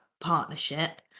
partnership